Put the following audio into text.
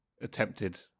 attempted